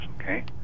okay